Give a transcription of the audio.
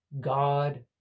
God